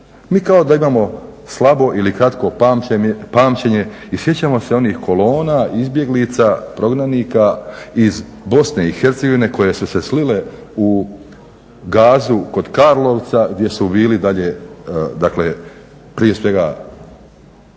Mi kao da imamo slabo ili kratko pamćenje i sjećamo se onih kolona, izbjeglica, prognanika iz BIH koje su se slile u gazu kod Karlovca gdje su bili dalje prije svega